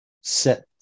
set